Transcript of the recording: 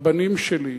הבנים שלי,